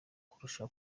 kurusha